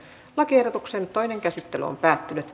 lakiehdotuksen toinen käsittely on päättynyt